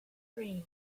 dreams